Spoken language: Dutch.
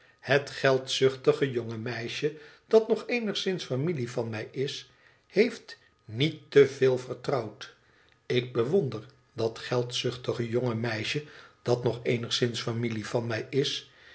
het geldzuchtige jonge meisje dat nog eenigszins familie van mij is heeft niet te veel vertrouwd i ik bewonder dat geldzuchtige jonge meisje dat nog eenigszins familie van mij is